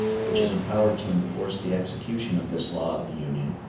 which is empowered to enforce the execution of this law of the union,